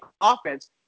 offense